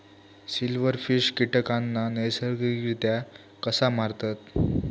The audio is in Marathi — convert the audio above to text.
सिल्व्हरफिश कीटकांना नैसर्गिकरित्या कसा मारतत?